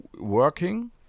working